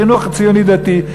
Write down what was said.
לחינוך ציוני-דתי,